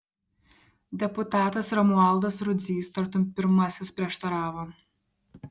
deputatas romualdas rudzys tartum pirmasis prieštaravo